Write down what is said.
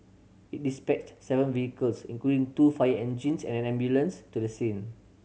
it dispatched seven vehicles including two fire engines and an ambulance to the scene